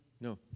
No